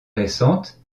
récente